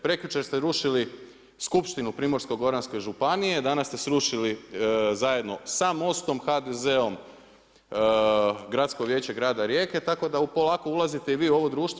Prekjučer ste rušili Skupštinu Primorsko-goranske županije, danas ste srušili zajedno sa MOST-om HDZ-om Gradsko vijeće grada Rijeke tako da polako ulazite i vi u ovo društvo.